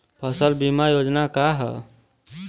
फसल बीमा योजना का ह?